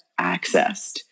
accessed